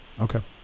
Okay